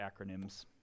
acronyms